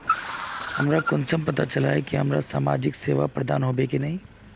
हमरा कुंसम पता चला इ की हमरा समाजिक सेवा प्रदान होबे की नहीं?